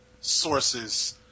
sources